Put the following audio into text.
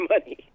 money